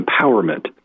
empowerment